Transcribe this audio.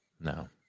No